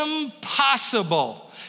impossible